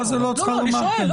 אותם.